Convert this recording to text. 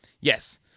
yes